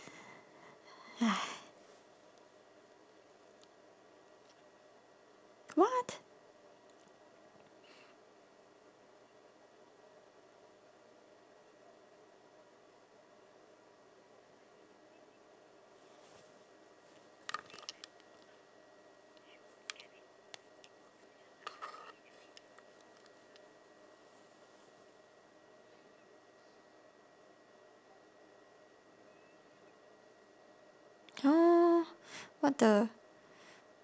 !hais! what !huh! what the